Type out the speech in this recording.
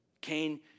Cain